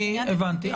הבנתי.